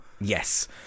yes